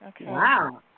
Wow